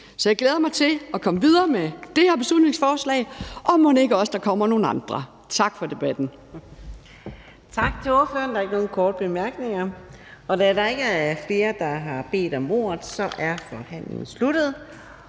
Så jeg glæder mig til at komme videre med det her beslutningsforslag. Og mon ikke også der kommer nogle andre? Tak for debatten.